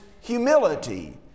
humility